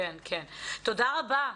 תודה רבה.